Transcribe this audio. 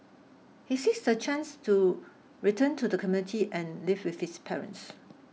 he seeks the chance to return to the community and live with his parents